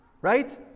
right